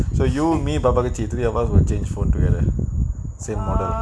so you me pra~ prachi three of us will change phone together same model